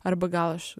arba gal aš